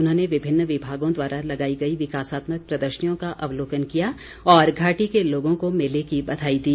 उन्होंने विभिन्न विभागों द्वारा लगाई गई विकासात्मक प्रदर्शनियों का अवलोकन किया और घाटी के लोगों को मेले की बधाई दी